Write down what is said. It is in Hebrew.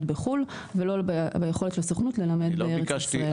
בחו"ל ולא ביכולת הסוכנות ללמד בארץ ישראל.